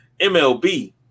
MLB